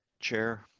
chair